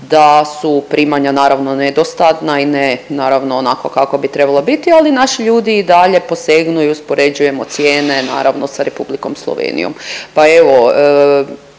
da su primanja naravno nedostatna i ne naravno onakva kakva bi trebala biti ali naši ljudi i dalje posegnu i uspoređujemo cijene naravno sa Republikom Slovenijom. Pa evo